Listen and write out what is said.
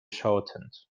shortened